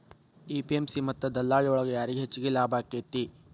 APMC ಮತ್ತ ದಲ್ಲಾಳಿ ಒಳಗ ಯಾರಿಗ್ ಹೆಚ್ಚಿಗೆ ಲಾಭ ಆಕೆತ್ತಿ?